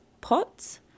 pots